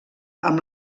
amb